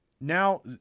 Now